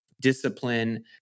discipline